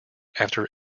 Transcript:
after